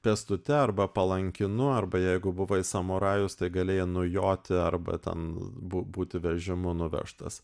pėstute arba palankinu arba jeigu buvai samurajus tai galėjai nujoti arba ten bū būti vežimu nuvežtas